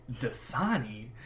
Dasani